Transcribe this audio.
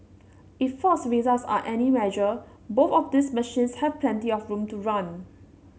if Ford's results are any measure both of these machines have plenty of room to run